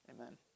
Amen